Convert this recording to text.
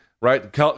right